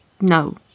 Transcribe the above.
No